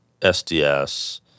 SDS